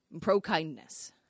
pro-kindness